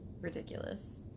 ridiculous